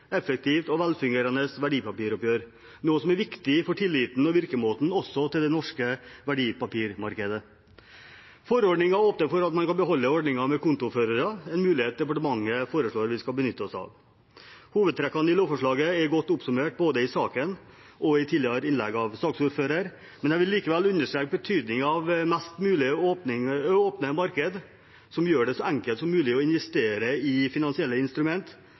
effektivt og velfungerende verdipapiroppgjør, noe som er viktig for tilliten og virkemåten også til det norske verdipapirmarkedet. Forordningen åpner for at man kan beholde ordningen med kontoførere, en mulighet departementet foreslår vi skal benytte oss av. Hovedtrekkene i lovforslaget er godt oppsummert både i saken og i innlegget av saksordføreren, men jeg vil likevel understreke betydningen av mest mulig åpne markeder som gjør det så enkelt som mulig å investere i finansielle instrument,